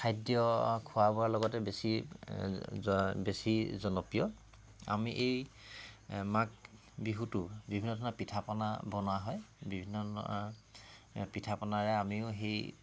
খাদ্য খোৱা বোৱাৰ লগতে বেছি বেছি জনপ্ৰিয় আমি এই মাঘ বিহুটো বিভিন্ন ধৰণৰ পিঠা পনা বনোৱা হয় বিভিন্ন ধৰণৰ পিঠা পনাৰে আমিও সেই